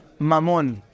mamon